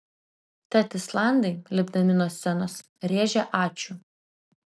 tad islandai lipdami nuo scenos rėžė ačiū